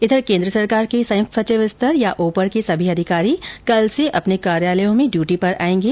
इधर केन्द्र सरकार के संयुक्त सचिव स्तर या ऊपर के सभी अधिकारी कल से अपने कार्यालयों में ड्यूटी पर आयेगें